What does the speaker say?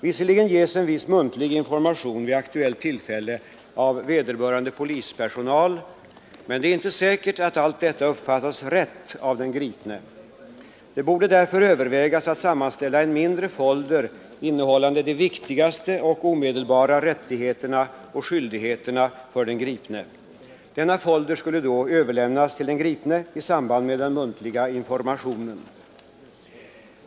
Visserligen ges viss muntlig information vid aktuellt tillfälle av vederbörande polispersonal, men det är inte säkert att denna uppfattas rätt av den gripne. Det borde därför övervägas att sammanställa en mindre folder innehållande de viktigaste och omedelbara rättigheterna och skyldigheterna för den gripne. Denna folder skulle överlämnas till den gripne i samband med den muntliga informationen.